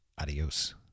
Adios